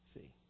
See